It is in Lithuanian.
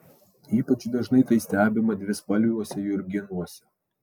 ypač dažnai tai stebima dvispalviuose jurginuose